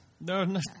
No